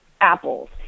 apples